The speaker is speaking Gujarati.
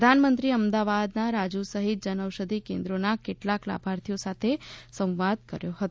પ્રધાનમંત્રીએ અમદાવાદના રાજુ સહિત જનઔષધિ કેન્દ્રોના કેટલાક લાભાર્થીઓ સાથે સંવાદ કર્યો હતો